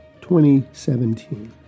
2017